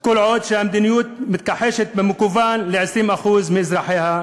כל עוד המדיניות מתכחשת במכוון ל-20% מאזרחיה,